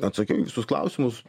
atsakiau į visus klausimus